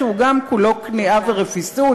שגם הוא כולו כניעה ורפיסות,